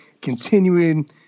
continuing